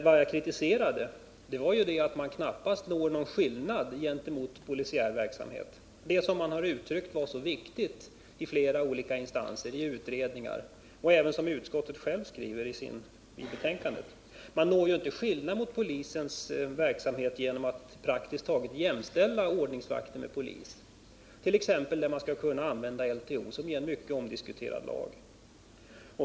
Vad jag kritiserade var att man knappast uppnår någon skillnad gentemot polisiär verksamhet — det som man i flera olika instanser och utredningar har uttryckt var så viktigt och som även utskottet självt skriver i betänkandet. Det blir inte någon skillnad mot polisens verksamhet genom att man praktiskt taget jämställer ordningsvakterna med polisen, t.ex. i fråga om när de skall kunna använda LTO, som ju är en mycket omdiskuterad lag.